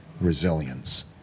resilience